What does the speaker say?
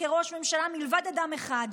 כראש ממשלה מלבד אדם אחד,